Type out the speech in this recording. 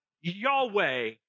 Yahweh